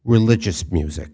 religious music